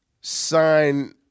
sign